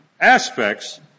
aspects